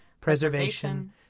preservation